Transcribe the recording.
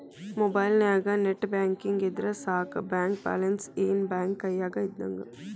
ಮೊಬೈಲ್ನ್ಯಾಗ net banking ಇದ್ರ ಸಾಕ ಬ್ಯಾಂಕ ಬ್ಯಾಲೆನ್ಸ್ ಏನ್ ಬ್ಯಾಂಕ ಕೈಯ್ಯಾಗ ಇದ್ದಂಗ